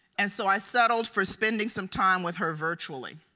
and so i settled for spending some time with her virtually.